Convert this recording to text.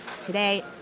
Today